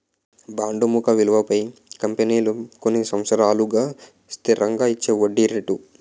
bond ముఖ విలువపై కంపెనీలు కొన్ని సంవత్సరాలకు స్థిరంగా ఇచ్చేవడ్డీ రేటు